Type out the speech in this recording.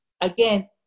again